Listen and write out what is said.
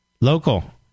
local